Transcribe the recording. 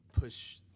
push